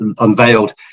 unveiled